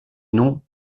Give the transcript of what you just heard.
noms